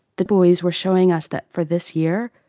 the buoys were showing us that for this year,